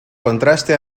contraste